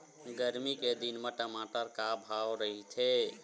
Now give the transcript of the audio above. गरमी के दिन म टमाटर का भाव रहिथे?